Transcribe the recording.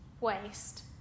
waste